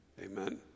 Amen